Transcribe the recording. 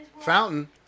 Fountain